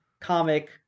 comic